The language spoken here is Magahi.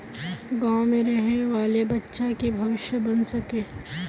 गाँव में रहे वाले बच्चा की भविष्य बन सके?